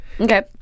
Okay